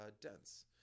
dense